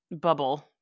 bubble